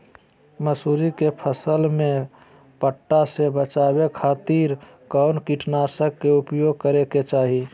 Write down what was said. मसूरी के फसल में पट्टा से बचावे खातिर कौन कीटनाशक के उपयोग करे के चाही?